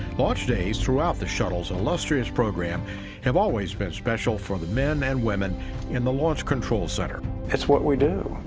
launch days throughout the shuttle's illustrious program have always been special for the men and women in the launch control center. leinbach it's what we do.